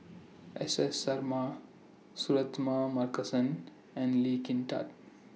S S Sarma Suratman Markasan and Lee Kin Tat